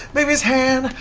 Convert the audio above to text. bigby's hand,